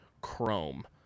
chrome